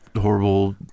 horrible